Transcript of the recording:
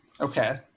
Okay